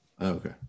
Okay